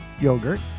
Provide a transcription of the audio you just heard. yogurt